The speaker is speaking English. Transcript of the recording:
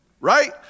Right